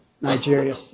Nigeria